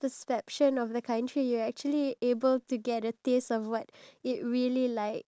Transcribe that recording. maybe we'll feel much more appreciative of the life that we live in